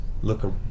look